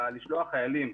לשלוח חיילים.